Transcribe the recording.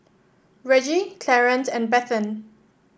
Reggie Clarance and Bethann